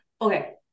Okay